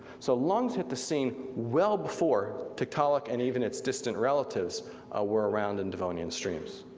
so lungs hit the scene well before tiktaalik, and even its distant relatives were around in devonian streams.